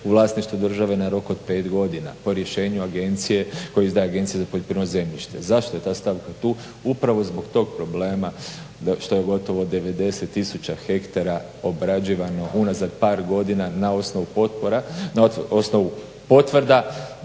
u vlasništvu države na rok od 5 godina po rješenju agencije, koju izdaje Agencija za poljoprivredno zemljište. Zašto je ta stavka tu, upravo zbog tog problema, što je gotovo 90 000 hektara obrađivano unazad par godina na osnovu potpora,